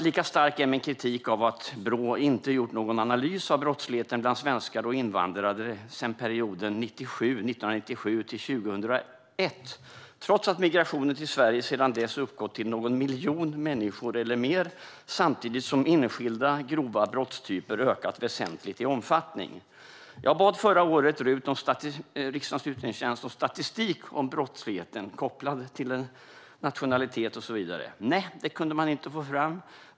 Lika stark är min kritik av att Brå inte gjort någon analys av brottsligheten bland svenskar och invandrare sedan perioden 1997-2001, trots att migrationen till Sverige sedan dess uppgått till någon miljon människor eller mer samtidigt som enskilda grova brottstyper ökat väsentligt i omfattning. Jag bad förra året riksdagens utredningstjänst om statistik om brottsligheten kopplad till nationalitet och så vidare. Nej, det kunde man inte få fram.